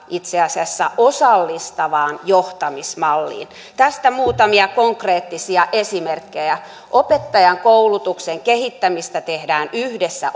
itse asiassa osallistavaan johtamismalliin tästä muutamia konkreettisia esimerkkejä opettajankoulutuksen kehittämistä tehdään yhdessä